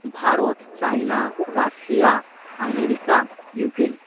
Bharat China Russia America Ukraine